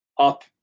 Up